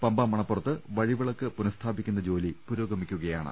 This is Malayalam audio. പമ്പ മണപ്പുറത്ത് വഴിവി ളക്ക് പുനഃസ്ഥാപിക്കുന്ന ജോലി പുരോഗമിക്കുകയാണ്